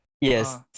Yes